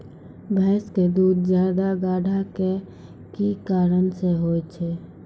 भैंस के दूध ज्यादा गाढ़ा के कि कारण से होय छै?